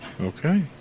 Okay